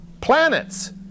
planets